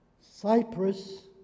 Cyprus